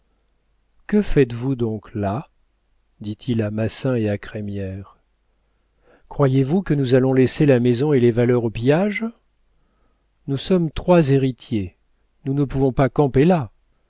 que faites-vous donc là dit-il à massin et à crémière croyez-vous que nous allons laisser la maison et les valeurs au pillage nous sommes trois héritiers nous ne pouvons pas camper là